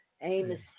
Amos